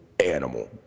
animal